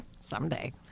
Someday